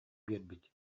биэрбит